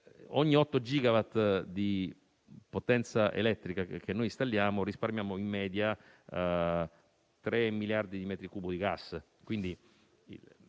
ogni 8 gigawatt di potenza elettrica che installiamo ci fa risparmiare in media 3 miliardi di metri cubi di gas.